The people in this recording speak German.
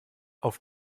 auf